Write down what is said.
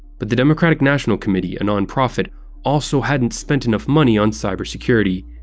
but the democratic national committee a non-profit also hadn't spent enough money on cybersecurity.